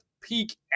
peak